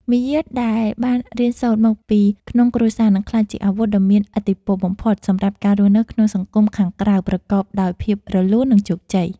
មារយាទដែលបានរៀនសូត្រមកពីក្នុងគ្រួសារនឹងក្លាយជាអាវុធដ៏មានឥទ្ធិពលបំផុតសម្រាប់ការរស់នៅក្នុងសង្គមខាងក្រៅប្រកបដោយភាពរលូន និង ជោគជ័យ។